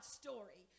story